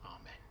Amen